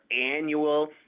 annual